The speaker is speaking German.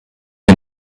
wir